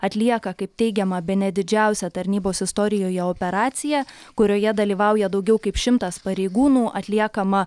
atlieka kaip teigiama bene didžiausią tarnybos istorijoje operaciją kurioje dalyvauja daugiau kaip šimtas pareigūnų atliekama